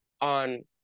on